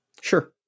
Sure